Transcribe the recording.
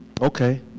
Okay